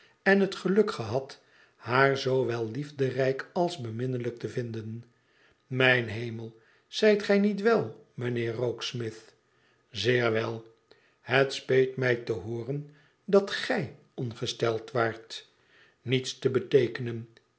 en het geluk gehad haar zoowel liefderijk als beminnelijk te vinden imijn hemel zijt gij niet wel mijnheer rokesmith zeer wel het speet mij te hooren dat gij ongesteld waart niets te beteekenen